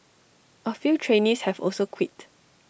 A few trainees have also quit